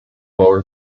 bohr